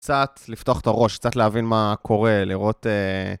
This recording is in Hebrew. קצת לפתוח את הראש, קצת להבין מה קורה, לראות...